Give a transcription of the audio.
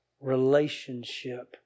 relationship